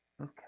Okay